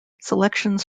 selections